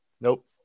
Nope